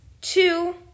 two